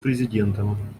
президентом